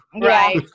Right